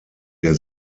der